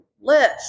list